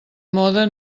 mode